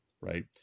right